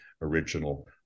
original